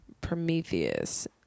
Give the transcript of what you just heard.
Prometheus